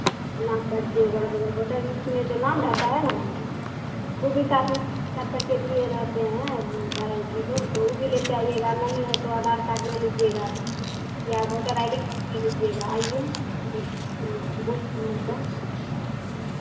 नाम पर्ची वगैरह वगैरह वोटर लिस्ट में जो नाम रहता है ना वो भी साथ में पर्ची काट कर दिए रहते हैं भाईजी लोग तो वो भी लेते आइएगा नहीं है तो आधार कार्ड ले लीजिएगा या वोटर आई डी कार्ड ले लीजिएगा आइए बूथ बूथ नम्बर पर